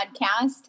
podcast